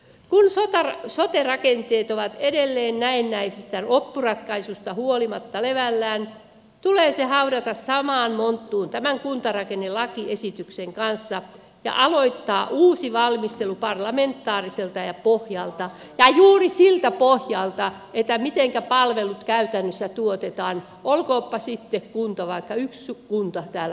kun sote rakenteet ovat edelleen näennäisestä loppuratkaisusta huolimatta levällään tulee ne haudata samaan monttuun tämän kuntarakennelakiesityksen kanssa ja aloittaa uusi valmistelu parlamentaariselta pohjalta ja juuri siltä pohjalta mitenkä palvelut käytännössä tuotetaan olkoonpa sitten vaikka yksi kunta täällä suomessa